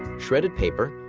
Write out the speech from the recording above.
shredded paper,